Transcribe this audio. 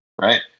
right